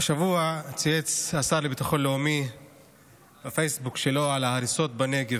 השבוע צייץ השר לביטחון הלאומי בפייסבוק שלו על ההריסות בנגב: